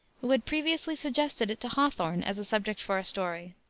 who had previously suggested it to hawthorne as a subject for a story.